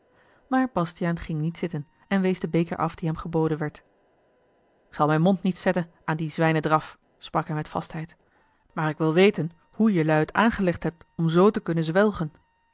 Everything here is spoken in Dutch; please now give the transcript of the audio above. maar bastiaan ging niet zitten en wees den beker af dien hem geboden werd ik zal mijn mond niet zetten aan dien zwijnendraf sprak hij met vastheid maar ik wil weten hoe jelui het aangelegd hebt om zoo te kunnen zwelgen